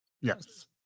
Yes